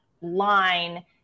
line